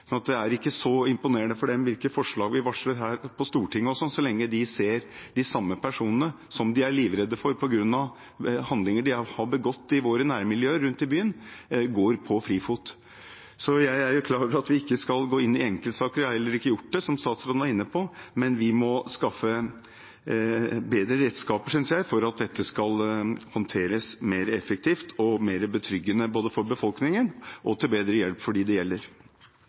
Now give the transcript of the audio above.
det er ikke så imponerende for folk hvilke forslag vi varsler her på Stortinget, så lenge de ser at de samme personene som de er livredde for på grunn av handlinger de har begått i våre nærmiljøer rundt i byen, er på frifot. Jeg er klar over at vi ikke skal gå inn i enkeltsaker – og jeg har heller ikke gjort det, slik statsråden var inne på – men jeg synes vi må skaffe bedre redskaper for at dette skal håndteres mer effektivt og mer betryggende, både for befolkningens del og til bedre hjelp for dem det gjelder.